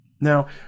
now